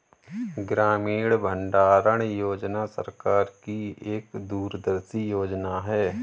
ग्रामीण भंडारण योजना सरकार की एक दूरदर्शी योजना है